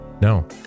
no